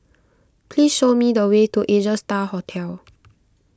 please show me the way to Asia Star Hotel